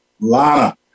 Lana